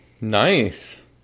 Nice